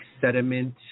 sediment